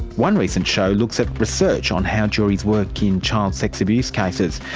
one recent show looks at research on how jury's work in child sex abuse cases.